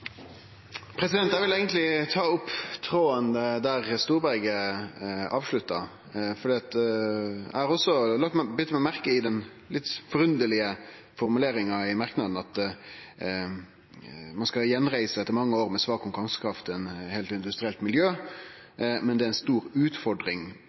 Eg vil eigentleg ta opp tråden der Storberget avslutta, for eg har også bite meg merke i den litt forunderlege formuleringa i merknaden, at ein «etter mange år med svak konkurransekraft» skal gjenreise «et helt industrielt